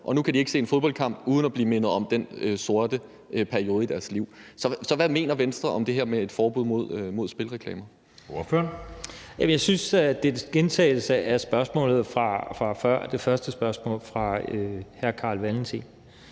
at nu kan de ikke se en fodboldkamp uden at blive mindet om den sorte periode i deres liv. Så hvad mener Venstre om det her med et forbud mod spilreklamer? Kl. 15:44 Anden næstformand (Jeppe Søe): Ordføreren. Kl. 15:44 Kim Valentin (V): Jeg synes, at det er en gentagelse af spørgsmålet fra før, det første spørgsmål fra hr. Carl Valentin.